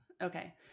Okay